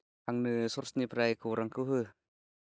आंनो सर्सनिफ्राय खौरांखौ हो